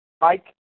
Mike